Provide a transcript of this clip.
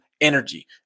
energy